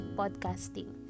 podcasting